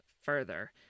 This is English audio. further